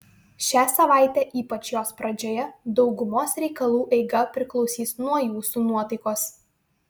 šią savaitę ypač jos pradžioje daugumos reikalų eiga priklausys nuo jūsų nuotaikos